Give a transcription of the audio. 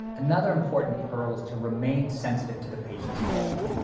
another important pearl is to remain sensitive to the patient's culture.